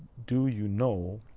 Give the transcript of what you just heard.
do you know